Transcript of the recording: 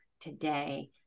today